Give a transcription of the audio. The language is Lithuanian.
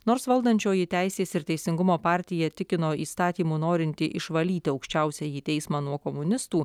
nors valdančioji teisės ir teisingumo partija tikino įstatymu norinti išvalyti aukščiausiąjį teismą nuo komunistų